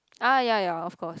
ah ya ya of course